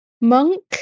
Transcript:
monk